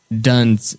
done